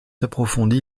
approfondi